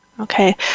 Okay